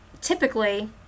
typically